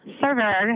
server